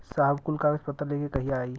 साहब कुल कागज पतर लेके कहिया आई?